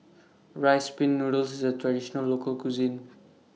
Rice Pin Noodles IS A Traditional Local Cuisine